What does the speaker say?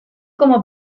como